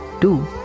two